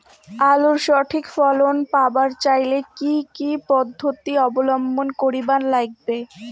আলুর সঠিক ফলন পাবার চাইলে কি কি পদ্ধতি অবলম্বন করিবার লাগবে?